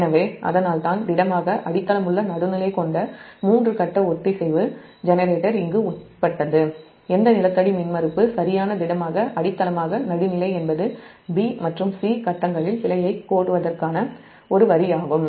எனவே அதனால்தான் திடமாக அடித்தளமுள்ள நடுநிலை கொண்ட 3 கட்ட ஒத்திசைவு ஜெனரேட்டர் இங்கு உட்பட்டது எந்த க்ரவுன்ட் மின்மறுப்பு சரியான திடமாக அடித்தளமாக நடுநிலை என்பது b மற்றும் c ஃபேஸ்களில் பிழையைக் கோடுவதற்கான ஒரு வரியாகும்